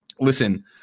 listen